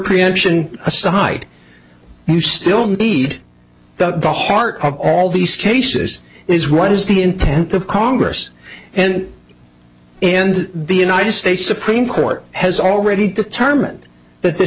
preemption aside you still need the the heart of all these cases is what is the intent of congress and and the united states supreme court has already determined that th